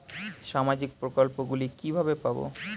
সামাজিক প্রকল্প গুলি কিভাবে পাব?